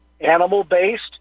animal-based